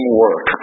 work